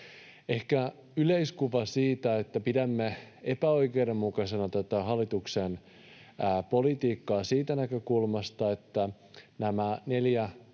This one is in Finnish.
Ehkä yleiskuvana, että pidämme epäoikeudenmukaisena tätä hallituksen politiikkaa siitä näkökulmasta, että kaikki nämä neljä